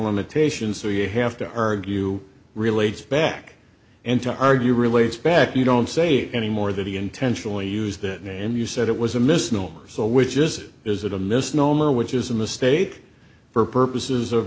limitations so you have to urge you relates back and to argue relates back you don't say anymore that he intentionally used that and you said it was a misnomer so which is it is it a misnomer which is a mistake for purposes of